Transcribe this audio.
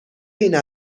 این